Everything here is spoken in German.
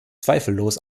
zweifellos